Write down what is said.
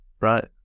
Right